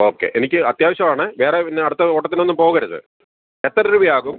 okay എനിക്ക് അത്യാവശ്യമാണ് വേറെ പിന്നെ അടുത്ത ഓട്ടത്തിനൊന്നും പോകരുത് എത്ര രൂപയാകും